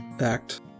act